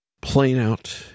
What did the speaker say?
plain-out